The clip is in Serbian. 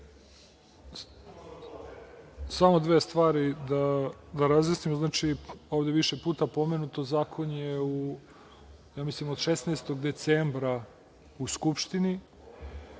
Samo dve stvari da razjasnimo. Ovde je više puta pomenuto, zakon je od 16. decembra u Skupštini,